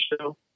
show